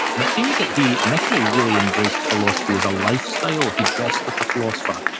and it seems that he initially really embraced philosophy as a lifestyle. he dressed like a philosopher,